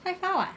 quite far [what]